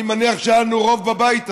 אני מניח שהיה לנו רוב בבית הזה,